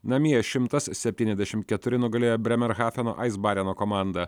namie šimtas septyniasdešimt keturi nugalėjo brėmerhafeno aizbareno komandą